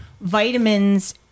vitamins